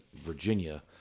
Virginia